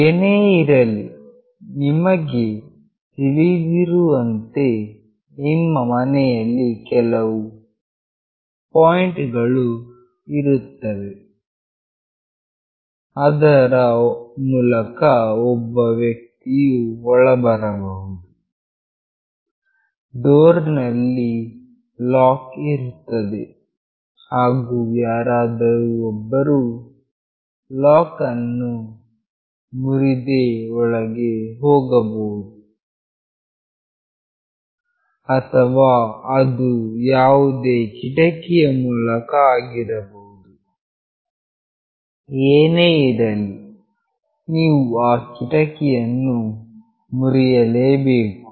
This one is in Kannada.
ಏನೇ ಇರಲಿ ನಿಮಗೆ ತಿಳಿದಿರುವಂತೆ ನಿಮ್ಮ ಮನೆಯಲ್ಲಿ ಕೆಲವು ಪಾಯಿಂಟ್ ಗಳು ಇರುತ್ತವೆ ಅದರ ಮೂಲಕ ಒಬ್ಬ ವ್ಯಕ್ತಿಯು ಒಳಬರಬಹುದು ಡೋರ್ ನಲ್ಲಿ ಲಾಕ್ ಇರುತ್ತದೆ ಹಾಗು ಯಾರಾದರು ಒಬ್ಬರು ಲಾಕ್ಅನ್ನು ಮುರಿದೇ ಒಳಗೆ ಹೋಗಬೇಕು ಅಥವಾ ಅದು ಯಾವುದೇ ಕಿಟಕಿಯ ಮೂಲಕ ಆಗಿರಬಹುದು ಏನೇ ಇರಲಿ ನೀವು ಆ ಕಿಟಕಿಯನ್ನು ಮುರಿಯಲೇಬೇಕು